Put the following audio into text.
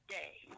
day